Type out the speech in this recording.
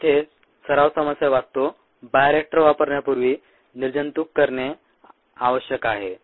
येथे सराव समस्या वाचतो बायोरिएक्टर वापरण्यापूर्वी निर्जंतुक करणे आवश्यक आहे